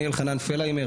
אני אלחנן פלהיימר,